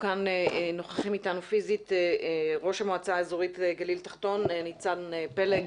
ונוכחים איתנו פיזית ראש המועצה האזורית גליל תחתון ניצן פלג.